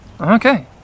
okay